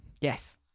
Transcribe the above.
Yes